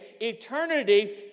Eternity